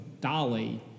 dolly